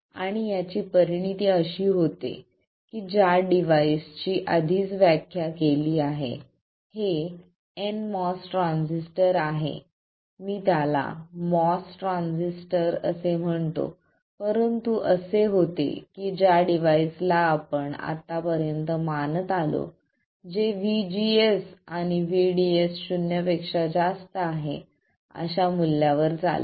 आणि याची परिनिति अशी होते की ज्या डिव्हाइसची आधीच व्याख्या केली आहे हे nMOS ट्रान्झिस्टर आहे मी त्याला MOS ट्रान्झिस्टर असे म्हणतो परंतु असे होते की ज्या डिव्हाइस ला आपण आतापर्यंत मानत आलो जे VGS आणि VDS शून्यापेक्षा जास्त आहे अशा मूल्यावर चालते